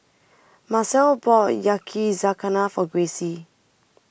Marcelle bought Yakizakana for Gracie